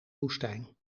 woestijn